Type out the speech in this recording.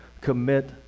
commit